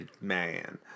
Man